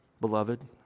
beloved